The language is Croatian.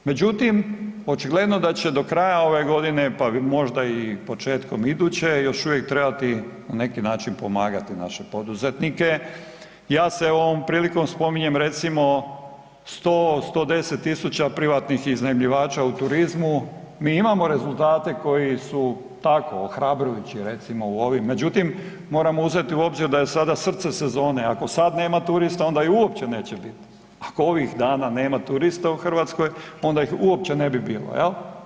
Međutim, očigledno da će do kraja ove godine pa možda i početkom iduće još uvijek trebati na neki način pomagati naše poduzetnike, ja se ovom prilikom spominjem recimo 100-110.000 privatnih iznajmljivača u turizmu, mi imamo rezultate koji su tako ohrabrujući recimo u ovim, međutim moramo uzeti u obzir da je sada srce sezone, ako sad nema turista onda ih uopće neće biti, ako ovih dana nema turista u Hrvatskoj onda ih uopće ne bilo, jel.